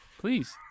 please